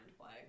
play